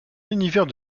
univers